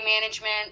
management